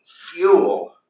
fuel